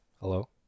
Hello